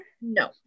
No